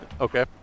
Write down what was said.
Okay